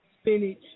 spinach